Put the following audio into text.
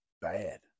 bad